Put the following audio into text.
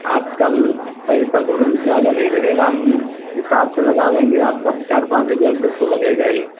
آپ کل پیسہ تو زیادہ نہیں لگے گا ہم حساب سے لگا لیں گے آپ کا چار پانچ ہزار تک تو لگے گا ہی